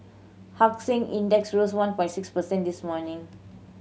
Hang Seng Index rose on point six percent this morning